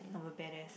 I'm a bad ass